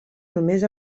només